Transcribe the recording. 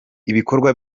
ibikorwa